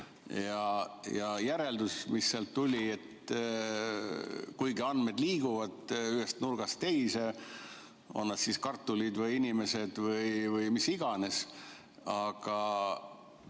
ja järeldus, mis sealt tuli, oli see, et kuigi andmed liiguvad ühest nurgast teise, on nad siis kartulid või inimesed või mis iganes, siis